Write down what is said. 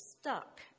stuck